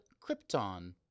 Krypton